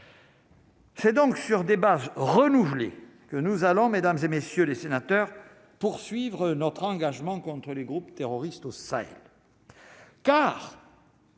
C'est donc sur des bases renouvelées que nous allons mesdames et messieurs les sénateurs, poursuivre notre engagement contre les groupes terroristes au Sahel. Il